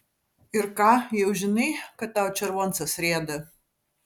ir ką jau žinai kad tau červoncas rieda